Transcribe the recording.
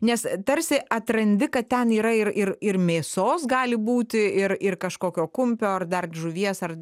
nes tarsi atrandi kad ten yra ir ir ir mėsos gali būti ir ir kažkokio kumpio ar dar žuvies ar